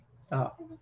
Stop